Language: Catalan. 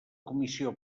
comissió